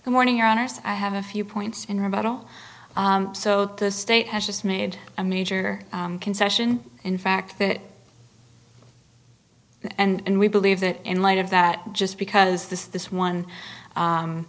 the morning honors i have a few points in rebuttal so the state has just made a major concession in fact that and we believe that in light of that just because this this one